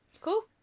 cool